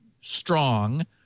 strong